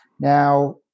now